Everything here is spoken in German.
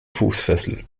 fußfessel